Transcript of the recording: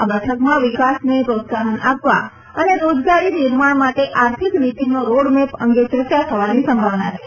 આ બેઠકમાં વિકાસને પ્રોત્સાહન આપવા અને રોજગારી નિર્માણ માટે આર્થીક નિતિનો રોડમેપ અંગે ચર્ચા થવાની સંભાવના છે